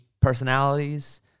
personalities